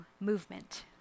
movement